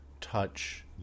touch